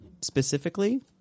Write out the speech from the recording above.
specifically